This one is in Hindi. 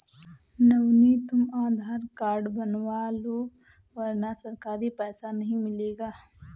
नवनीत तुम आधार कार्ड बनवा लो वरना सरकारी पैसा नहीं मिलेगा